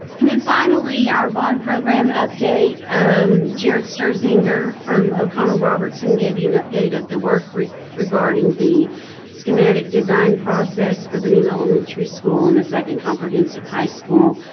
and then, finally, our bond program update um jarrod sterzinger from o'connell robertson gave you an update of the work regarding the schematic design process for the new elementary school and the second comprehensive high school.